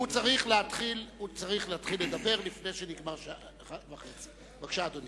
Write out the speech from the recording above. הוא צריך להתחיל לדבר לפני 13:30. בבקשה, אדוני.